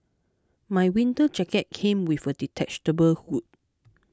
my winter jacket came with a detachable hood